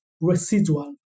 residual